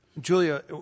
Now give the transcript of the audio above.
Julia